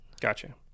gotcha